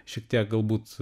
šiek tiek galbūt